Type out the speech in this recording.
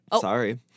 Sorry